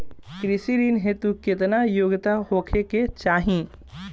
कृषि ऋण हेतू केतना योग्यता होखे के चाहीं?